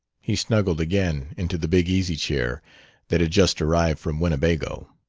he snuggled again into the big easy chair that had just arrived from winnebago.